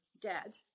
dead